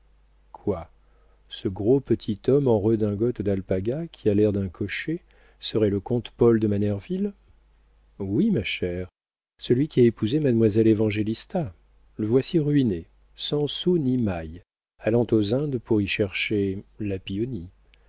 quoi ce gros petit homme en redingote d'alpaga qui a l'air d'un cocher serait le comte paul de manerville oui ma chère celui qui a épousé mademoiselle évangélista le voici ruiné sans sou ni maille allant aux indes pour y chercher la